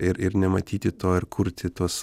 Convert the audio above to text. ir ir nematyti to ir kurti tuos